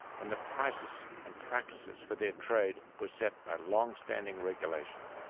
and the prices and practices for their trade were set by long-standing regulation.